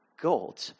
God